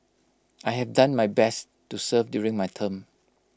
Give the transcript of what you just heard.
I have done my best to serve during my term